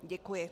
Děkuji.